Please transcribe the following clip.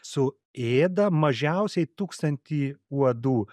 su ėda mažiausiai tūkstantį uodų